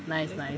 nice nice